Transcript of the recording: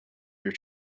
your